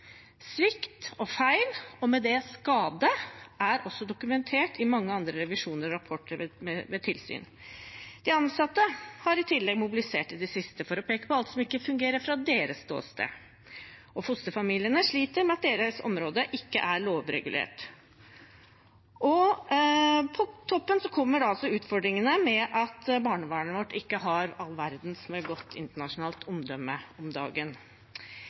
Svikt og feil, og med det skade, er også dokumentert i mange andre revisjoner og rapporter ved tilsyn. I tillegg har de ansatte i det siste mobilisert for å peke på alt som ikke fungerer fra deres ståsted, og fosterfamiliene sliter med at deres område ikke er lovregulert. På toppen kommer utfordringene med at barnevernet vårt ikke har all verdens omdømme internasjonalt om dagen.